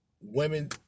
women